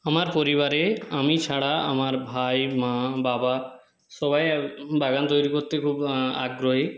আমার পরিবারে আমি ছাড়া আমার ভাই মা বাবা সবাই বাগান তৈরি করতে খুব আগ্রহী